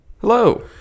Hello